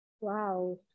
wow